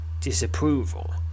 disapproval